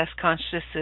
consciousness